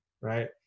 right